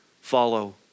follow